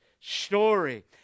story